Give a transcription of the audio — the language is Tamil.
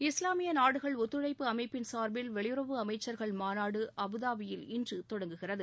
இஸ்லாமிய நாடுகள் ஒத்துழைப்பு அமைப்பின் சார்பில் வெளியுறவு அமைச்சர்கள் மாநாடு அபுதாபியில் இன்று தொடங்குகிறது